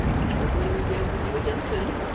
which hopefully we'll be able to do again soon,